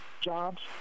jobs